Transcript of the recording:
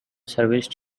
serviced